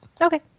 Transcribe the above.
Okay